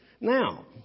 Now